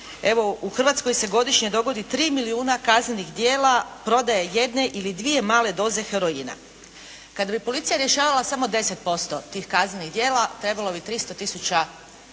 Evo, u Hrvatskoj se godišnje dogodi tri milijuna kaznenih djela prodaje jedne ili dvije male doze heroina. Kad bi policija rješavala samo 10% tih kaznenih djela trebalo bi 300 tisuća